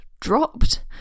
dropped